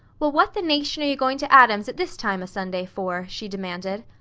well, what the nation are you going to adam's at this time a-sunday for? she demanded.